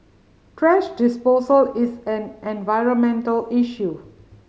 thrash disposal is an environmental issue